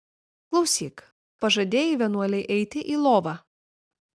klausyk pažadėjai vienuolei eiti į lovą